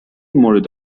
مورد